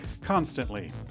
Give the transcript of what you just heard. constantly